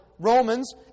Romans